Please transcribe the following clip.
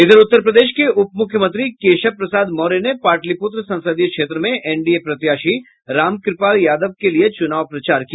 इधर उत्तर प्रदेश के उपमुख्यमंत्री केशव प्रसाद मौर्य पाटलिपुत्र संसदीय क्षेत्र में एनडीए प्रत्याशी रामकृपाल यादव के लिए चुनाव प्रचार किया